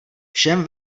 všem